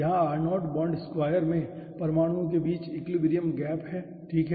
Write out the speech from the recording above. यहाँ r0 bond square में परमाणुओं के बीच इक्विलिब्रियम गैप है ठीक है